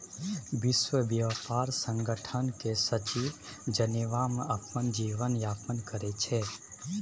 विश्व ब्यापार संगठन केर सचिव जेनेबा मे अपन जीबन यापन करै छै